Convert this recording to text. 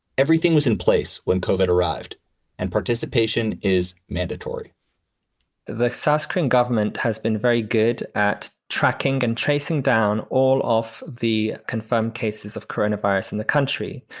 everything was in place when colbert arrived and participation is mandatory the south korean government has been very good at tracking and tracing down all of the confirmed cases of coronavirus in the country.